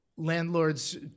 landlords